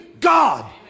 God